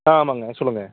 ஆ ஆமாங்க சொல்லுங்கள்